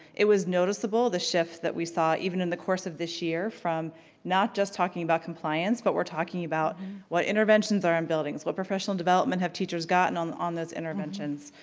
it was noticeable, the shift that we saw even in the course of this year from not just talking about compliance but we're talking about what interventions are in um buildings, what professional development have teachers gotten on on those interventions?